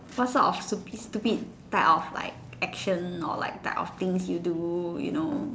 for sort of like stupid stupid type of like action or like type of things you do you know